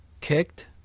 kicked